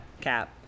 cap